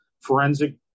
forensic